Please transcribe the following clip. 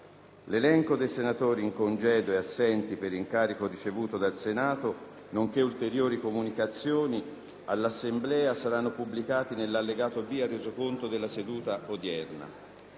L’elenco dei senatori in congedo e assenti per incarico ricevuto dal Senato, nonche´ ulteriori comunicazioni all’Assemblea saranno pubblicati nell’allegato B al Resoconto della seduta odierna.